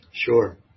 Sure